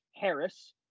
harris